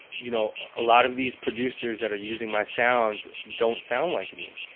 you know, a lot of these producers that are using my sounds don't sound like me.